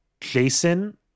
Jason